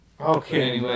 okay